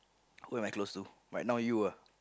who am I close to right now you ah